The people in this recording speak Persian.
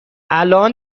الآن